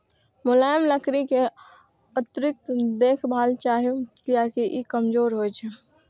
मुलायम लकड़ी कें अतिरिक्त देखभाल चाही, कियैकि ई कमजोर होइ छै